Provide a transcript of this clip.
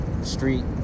street